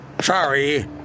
Sorry